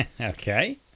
Okay